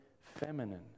feminine